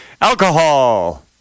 Alcohol